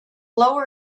lower